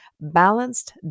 balanced